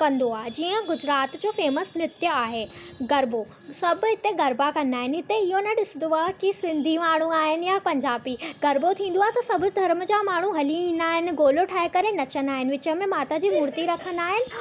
कंदो आहे जीअं गुजरात जो फ़ेमस नृतु आहे गरबो सभु हिते गरबा कंदा आहिनि हिते इहो न ॾिसंदो आहे की सिंधी माण्हू आहिनि या पंजाबी गरबो थींदो आहे त सभु धर्म जा माण्हू हली ईंदा आहिनि गोलो ठाहे करे नचंदा आहिनि विच में माता जी मुर्ती रखंदा आहिनि